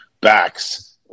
backs